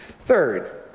Third